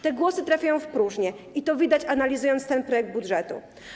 Te głosy trafiają w próżnię i to widać, gdy się analizuje ten projekt budżetu.